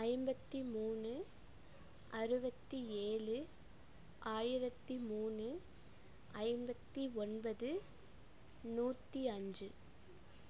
ஐம்பத்தி மூணு அறுபத்தி ஏழு ஆயிரத்தி மூணு ஐம்பத்தி ஒன்பது நூற்றி அஞ்சு